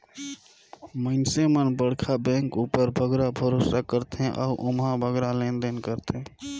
मइनसे मन बड़खा बेंक उपर बगरा भरोसा करथे अउ ओम्हां बगरा लेन देन करथें